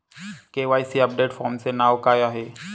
KYC update फॉर्मचे नाव काय आहे?